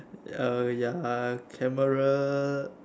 uh ya camera